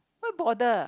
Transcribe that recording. why bother